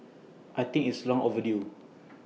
I think it's long overdue